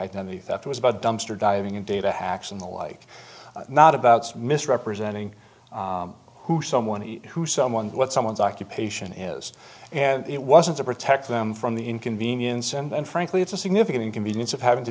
identity theft was about dumpster diving and data hacks and the like not about misrepresenting who someone who someone what someone's occupation is and it wasn't to protect them from the inconvenience and frankly it's a significant inconvenience of having to